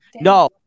No